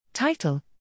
Title